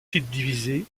subdivisé